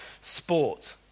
sport